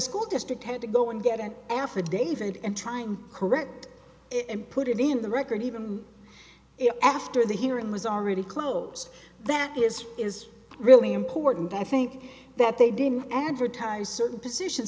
school district had to go and get an affidavit and trying to correct it and put it in the record even after the hearing was already closed that is is really important i think that they didn't advertise certain positions